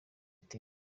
iteye